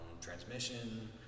transmission